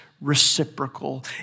Reciprocal